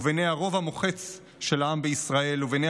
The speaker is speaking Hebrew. ובעיני הרוב המוחץ של העם בישראל ובעיני